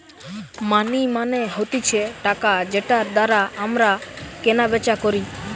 মানি মানে হতিছে টাকা যেটার দ্বারা আমরা কেনা বেচা করি